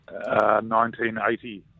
1980